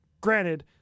granted